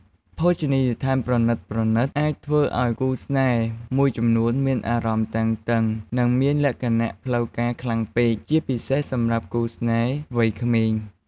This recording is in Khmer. ភោជនីយដ្ឋានប្រណីតៗ អាចធ្វើឲ្យគូស្នេហ៍មួយចំនួនមានអារម្មណ៍តានតឹង និងមានលក្ខណៈផ្លូវការខ្លាំងពេក ជាពិសេសសម្រាប់គូស្នេហ៍វ័យក្មេង។